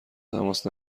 تماس